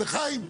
ולחיים.